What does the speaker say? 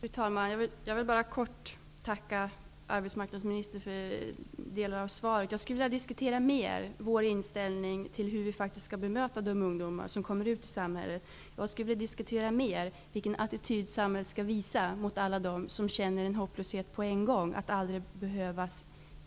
Fru talman! Jag vill bara kort tacka arbetsmarknadsministern för delar av svaret. Jag skulle vilja diskutera mer vår inställning till hur vi skall bemöta de ungdomar som kommer ut i samhället. Jag skulle vilja diskutera mer vilken attityd samhället skall visa alla dem som känner hopplöshet på en gång inför att aldrig behövas